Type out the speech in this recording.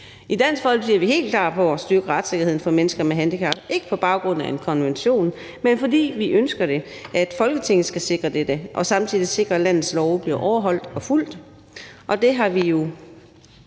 I Dansk Folkeparti er vi helt klar på at styrke retssikkerheden for mennesker med handicap, men ikke på baggrund af en konvention, men fordi vi ønsker, at Folketinget skal sikre dette og samtidig sikre, at landets love bliver overholdt og fulgt, og det har vi jo